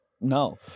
no